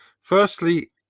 firstly